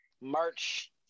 March